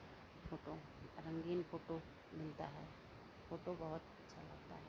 photo रंगीन photo मिलता है फ़ोटो बहुत अच्छा लगता है